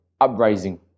uprising